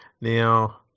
Now